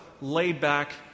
laid-back